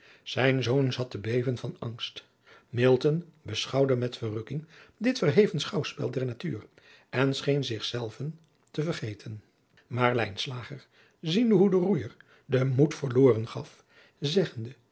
maurits lijnslager zat te beven van angst milton beschouwde met verrukking dit verheven schouwspel der natuur en scheen zich zelven re vergeten maar lijnslager ziende hoe de roeijer den moed verloren gaf zeggende